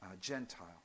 Gentile